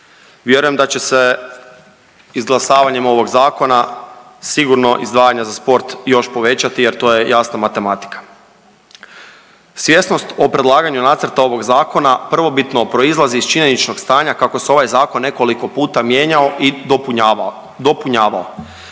Vjerujem da će se izglasavanjem ovog zakon sigurno izdvajanja za sport još povećati jer to je jasna matematika. Svjesnost o predlaganju nacrta ovog zakona prvobitno proizlazi iz činjeničnog stanja kako se ovaj zakon nekoliko puta mijenjao i dopunjavao,